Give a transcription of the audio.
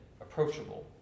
approachable